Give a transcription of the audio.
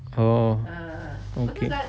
oh okay